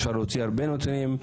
אפשר להוציא הרבה נתונים.